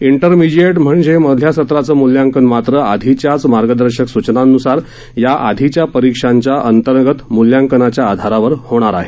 intermediate म्हणजे मधल्या सत्राचं मूल्यांकन मात्र आधीच्याच मार्गदर्शक स्चनांन्सार याआधीच्या परीक्षांच्या अंतर्गत मुल्यांकनाच्या आधारावर होणार आहे